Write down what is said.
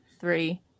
three